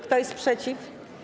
Kto jest przeciw?